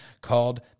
called